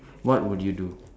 what would you do